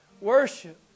worship